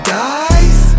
guys